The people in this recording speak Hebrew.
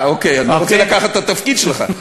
אה, אוקיי, אז אני רוצה לקחת את התפקיד שלך.